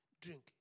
Drink